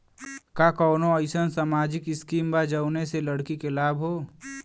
का कौनौ अईसन सामाजिक स्किम बा जौने से लड़की के लाभ हो?